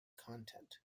content